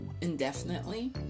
indefinitely